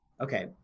Okay